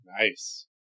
Nice